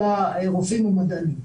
אלא רופאים ומדענים.